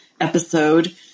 episode